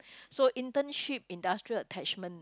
so internship industrial attachment